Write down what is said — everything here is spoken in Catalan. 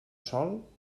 sol